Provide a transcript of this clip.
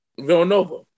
Villanova